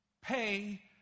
Pay